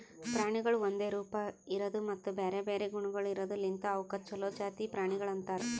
ಪ್ರಾಣಿಗೊಳ್ ಒಂದೆ ರೂಪ, ಇರದು ಮತ್ತ ಬ್ಯಾರೆ ಬ್ಯಾರೆ ಗುಣಗೊಳ್ ಇರದ್ ಲಿಂತ್ ಅವುಕ್ ಛಲೋ ಜಾತಿ ಪ್ರಾಣಿ ಅಂತರ್